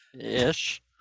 Ish